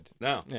No